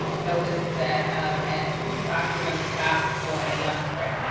notice that at two o'clock, we're going to stop for a lunch break.